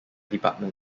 department